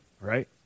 right